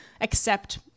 accept